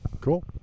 Cool